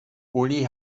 uli